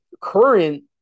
current